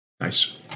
nice